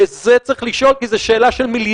ואת זה צריך לשאול, כי זה שאלה של מיליארדים.